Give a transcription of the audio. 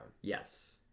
Yes